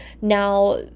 now